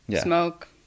smoke